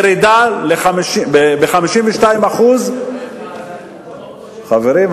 ירידה ב-52% חברים,